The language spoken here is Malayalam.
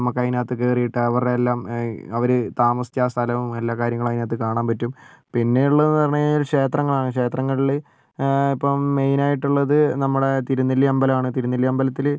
നമുക്കത്തിനകത്ത് കയറിയിട്ട് അവരുടെയെല്ലാം അവർ താമസിച്ച ആ സ്ഥലവും എല്ലാ കാര്യങ്ങളും അതിനകത്ത് കാണാൻ പറ്റും പിന്നെയുള്ളതെന്ന് പറഞ്ഞുകഴിഞ്ഞാൽ ഒരു ക്ഷേത്രങ്ങളാണ് ക്ഷേത്രങ്ങളിൽ ഇപ്പം മെയിൻ ആയിട്ടുള്ളത് നമ്മുടെ തിരുനെല്ലി അമ്പലമാണ് തിരുനെല്ലി അമ്പലത്തിൽ